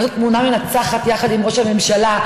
לעשות תמונה מנצחת יחד עם ראש הממשלה,